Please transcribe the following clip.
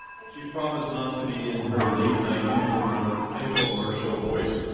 and she promised not to be in her late-night infomercial infomercial voice